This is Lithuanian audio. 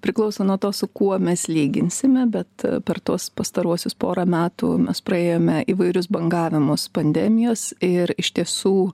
priklauso nuo to su kuo mes lyginsime bet per tuos pastaruosius porą metų mes praėjome įvairius bangavimus pandemijos ir iš tiesų